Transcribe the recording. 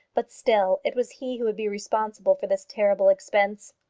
but still it was he who would be responsible for this terrible expense.